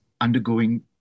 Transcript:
undergoing